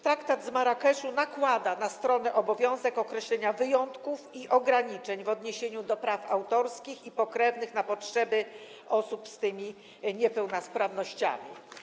Traktat z Marrakeszu nakłada na stronę obowiązek określenia wyjątków i ograniczeń w odniesieniu do praw autorskich i praw pokrewnych na potrzeby osób z tymi niepełnosprawnościami.